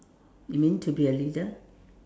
you mean to be a leader